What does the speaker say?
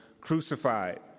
crucified